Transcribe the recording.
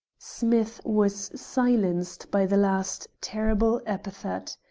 smith was silenced by the last terrible epithet.